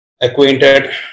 acquainted